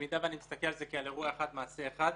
אם אני מסתכל על זה כאירוע אחד, מעשה אחד,